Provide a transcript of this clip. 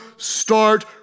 Start